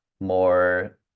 more